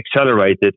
accelerated